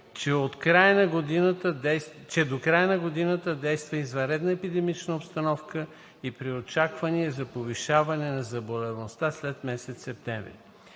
че до края на годината действа извънредна епидемична обстановка и при очаквания за повишаване на заболеваемостта след месец септември.